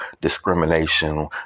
discrimination